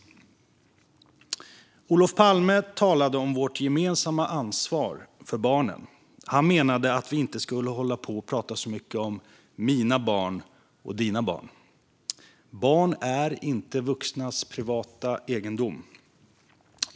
Olof Palme talade om vårt gemensamma ansvar för barnen. Han menade att vi inte skulle hålla på och prata så mycket om mina barn och dina barn, för barn är inte vuxnas privata egendom.